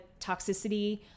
toxicity